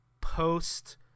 post